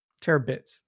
terabits